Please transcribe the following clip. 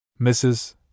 Mrs